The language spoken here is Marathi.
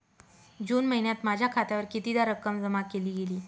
जून महिन्यात माझ्या खात्यावर कितीदा रक्कम जमा केली गेली?